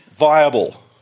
Viable